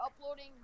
uploading